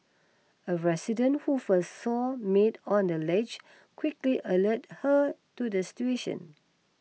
a resident who first saw maid on the ledge quickly alerted her to the situation